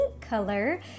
color